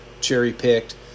cherry-picked